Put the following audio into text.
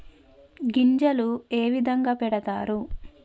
గింజలు ఏ విధంగా పెడతారు?